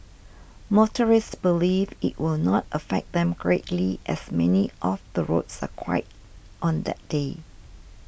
motorists believe it will not affect them greatly as many of the roads are quiet on that day